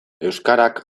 euskarak